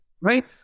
right